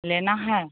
लेना है